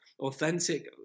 Authentic